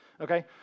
okay